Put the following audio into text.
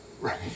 Right